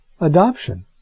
adoption